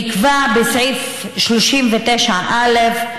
נקבע בסעיף 39א,